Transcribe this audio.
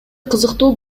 кызыктуу